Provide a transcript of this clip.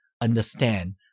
understand